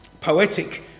poetic